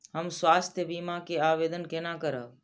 हम स्वास्थ्य बीमा के आवेदन केना करब?